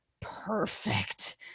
perfect